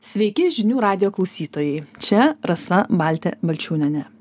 sveiki žinių radijo klausytojai čia rasa baltė balčiūnienė